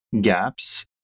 gaps